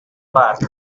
park